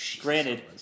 Granted